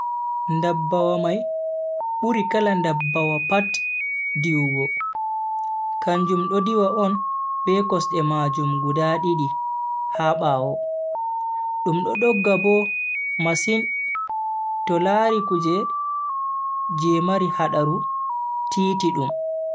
Ndabbawa mai buri kala ndabbawa pat diwugo. kanjum do diwa on be kosde majum guda didi ha bawo. dum do dogga bo masin to lari kuje je mari hadaru titi dum.